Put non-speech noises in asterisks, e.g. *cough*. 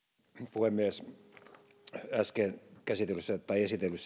puhemies äsken esitellyn *unintelligible*